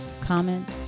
comment